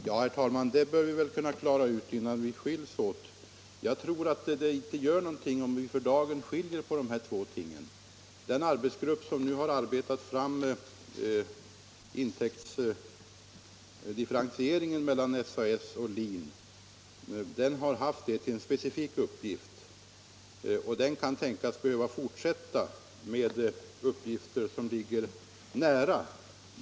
Herr talman! Det här bör vi kunna klara ut innan vi skiljs åt. Jag tror inte att det gör någonting om vi för dagen skiljer på dessa båda ting. Den arbetsgrupp som nu har arbetat fram intäktsdifferentieringen mellan SAS och LIN har haft detta till en speciell uppgift, och den kan tänkas behöva fortsätta med uppgifter av samma slag.